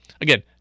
again